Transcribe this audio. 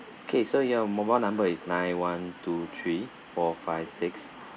okay so your mobile number is nine one two three four five six